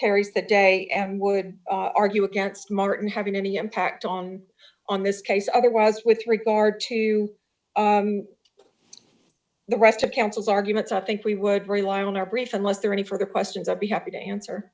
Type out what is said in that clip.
carries the day and would argue against martin having any impact on on this case otherwise with regard to the rest of counsel's arguments i think we would rely on our brief unless there are any further questions i'd be happy to answer